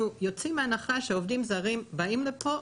יוצאים מנקודת הנחה שעובדים זרים באים לפה,